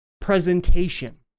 presentation